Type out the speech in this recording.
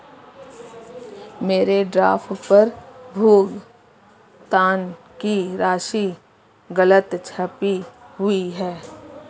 मेरे ड्राफ्ट पर भुगतान की राशि गलत छपी हुई है